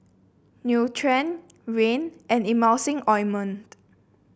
Nutren Rene and Emulsying Ointment